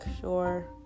sure